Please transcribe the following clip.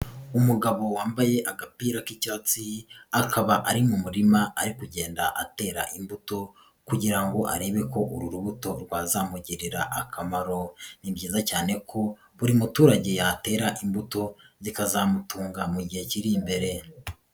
Umugabo wambaye agapira k'icyatsi akaba ari mu murima ari kugenda atera imbuto kugira ngo arebe ko uru rubuto rwazamugirira akamaro, ni byiza cyane ko buri muturage yatera imbuto zikazamutunga mu gihe kiri imbere.